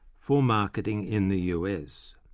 for marketing in the us.